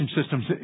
systems